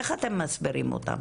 איך אתם מסבירים אותן?